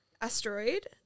asteroid